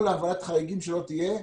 כל העברת ועדת חריגים שלא תהיה,